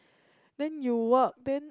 then you work then